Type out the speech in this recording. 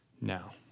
now